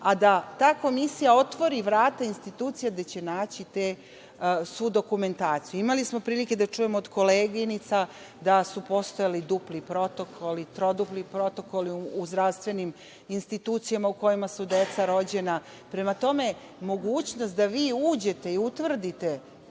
a da ta komisija otvori vrata institucija gde će naći svu dokumentaciju. Imali smo prilike da čujemo od koleginica da su postojali dupli protokoli, trodupli protokoli u zdravstvenim institucijama u kojima su deca rođena. Prema tome, mogućnost da vi uđete i utvrdite